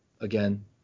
again